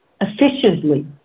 efficiently